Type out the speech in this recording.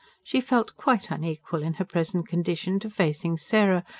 she felt quite unequal, in her present condition, to facing sarah,